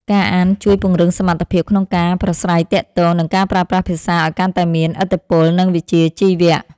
ការអានជួយពង្រឹងសមត្ថភាពក្នុងការប្រាស្រ័យទាក់ទង និងការប្រើប្រាស់ភាសាឱ្យកាន់តែមានឥទ្ធិពល និងវិជ្ជាជីវៈ។